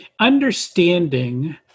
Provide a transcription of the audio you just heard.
understanding